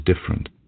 different